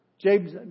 James